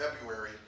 February